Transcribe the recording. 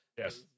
Yes